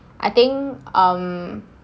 I think um